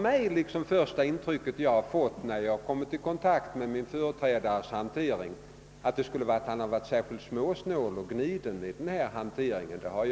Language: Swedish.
Men det intryck jag fått när jag kommit i kontakt med min företrädares hantering är inte att han har varit särskilt småsnål i sin verksamhet.